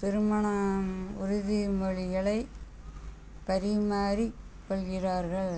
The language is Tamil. திருமணம் உறுதிமொழிகளை பரிமாறிக் கொள்கிறார்கள்